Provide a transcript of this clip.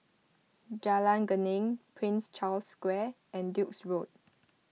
Jalan Geneng Prince Charles Square and Duke's Road